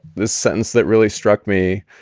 this sentence that really struck me,